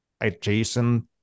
adjacent